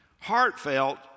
heartfelt